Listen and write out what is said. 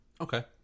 Okay